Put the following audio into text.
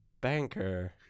banker